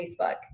Facebook